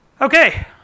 Okay